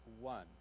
one